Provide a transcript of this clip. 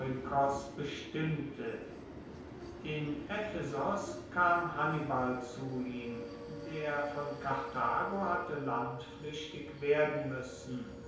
bestimmte in ephesos kam hannibal zu ihm der von karthago hatte landfluechtig werden muessen